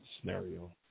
scenario